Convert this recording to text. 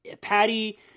Patty